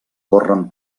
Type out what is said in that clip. corren